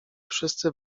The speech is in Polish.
wszyscy